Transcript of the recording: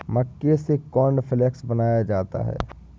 मक्के से कॉर्नफ़्लेक्स बनाया जाता है